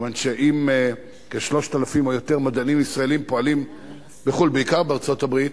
מכיוון שאם כ-3,000 או יותר מדענים ישראלים פועלים בעיקר בארצות-הברית,